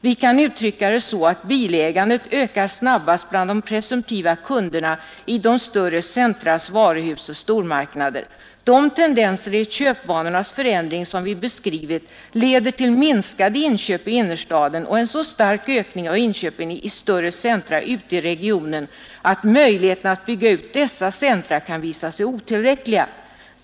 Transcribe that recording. Vi kan uttrycka det så att bilägandet ökar snabbast bland de presumtiva kunderna i de större centras varuhus och i stormarknader. De tendenser i köpvanornas förändring som vi beskrivit leder till minskade inköp i innerstaden och en så stark ökning av inköpen i större centra ute i regionen att möjligheterna att bygga ut dessa centra kan visa sig otillräckliga.